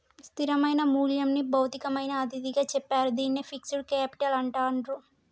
స్థిరమైన మూల్యంని భౌతికమైన అతిథిగా చెప్తారు, దీన్నే ఫిక్స్డ్ కేపిటల్ అంటాండ్రు